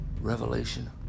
revelation